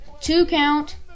Two-count